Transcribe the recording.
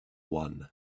one